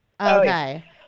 Okay